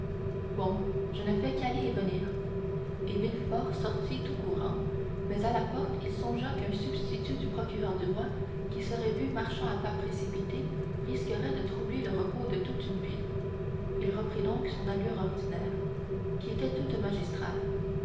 bon je ne fais qu'aller et venir et villefort sortit tout courant mais à la porte il songea qu'un substitut du procureur du roi qui serait vu marchant à pas précipités risquerait de troubler le repos de toute une ville il reprit donc son allure ordinaire qui était toute magistrale